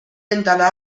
endale